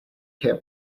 here